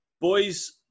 Boys